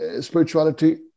spirituality